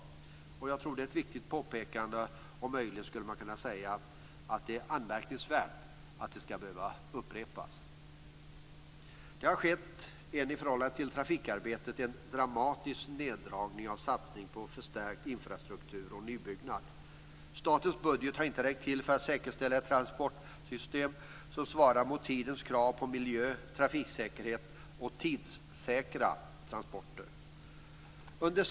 Jag tror att det är ett viktigt påpekande, och möjligen skulle man kunna säga att det är anmärkningsvärt att det ska behöva upprepas. Det har skett en i förhållande till trafikarbetet dramatisk neddragning av satsningen på förstärkt infrastruktur och nybyggnad. Statens budget har inte räckt till för att säkerställa ett transportsystem som svarar mot tidens krav på miljö, trafiksäkerhet och tidssäkra transporter.